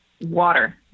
water